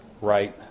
Right